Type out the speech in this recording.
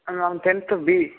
ನಾನು tenth B